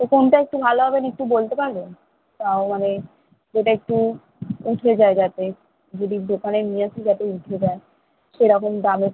তো কোনটা একটু ভালো হবেন একটু বলতে পারবেন তাও মানে যেটা একটু উঠে যায় যাতে যদি দোকানে নিয়ে আসি যাতে উঠে যায় সেরকম দামের